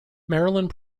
maryland